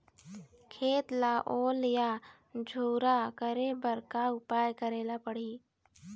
खेत ला ओल या झुरा करे बर का उपाय करेला पड़ही?